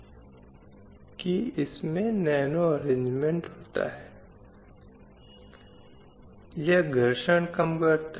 slide समय संदर्भ 2649 इसलिए जब हम लैंगिक न्याय कहते हैं तो इसके दो पहलू हैं अधिकारों का पहलू और महिलाओं के खिलाफ हिंसा का पहलू